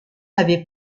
avait